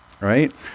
right